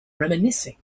reminiscing